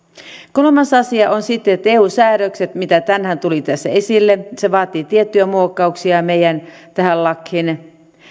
kolmas asia on sitten se että eu säädökset mitkä tänään tulivat tässä esille vaativat tiettyjä muokkauksia tähän meidän lakiimme